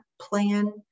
plan